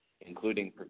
including